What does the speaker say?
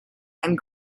and